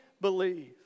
believe